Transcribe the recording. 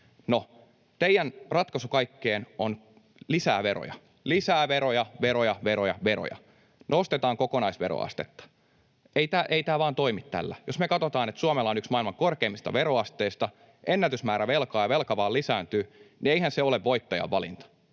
No, teidän ratkaisunne kaikkeen on lisää veroja, lisää veroja — veroja, veroja, veroja — nostetaan kokonaisveroastetta. Ei tämä vaan toimi tällä. Jos katsotaan, että Suomella on yksi maailman korkeimmista veroasteista, ennätysmäärä velkaa ja velka vaan lisääntyy, niin eihän se ole voittajan valinta,